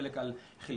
חלק על חלקם,